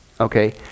Okay